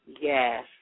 Yes